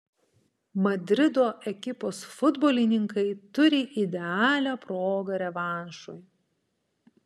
madrido ekipos futbolininkai turi idealią progą revanšui